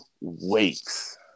weeks